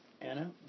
Anna